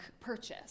purchase